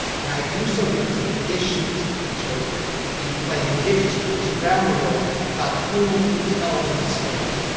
and i do so because of the issues which are in in play in indigenous communities around the world about who can tell these stories.